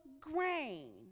grain